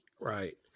Right